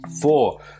four